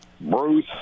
Bruce